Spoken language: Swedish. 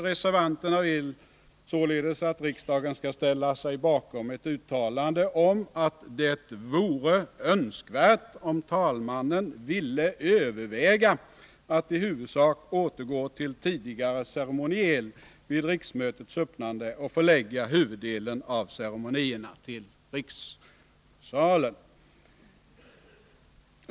Reservanterna vill sålunda att riksdagen skall ställa sig bakom ett uttalande att det vore ”önskvärt om talmannen ville överväga att i huvudsak återgå till tidigare ceremoniel vid riksmötets öppnande och förlägga huvuddelen av ceremonierna till rikssalen”.